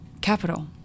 capital